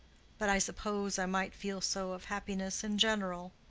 but i suppose i might feel so of happiness in general.